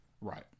Right